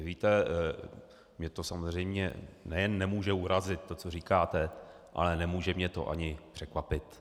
Víte, mě to samozřejmě nejen nemůže urazit, to, co říkáte, ale nemůže mě to ani překvapit.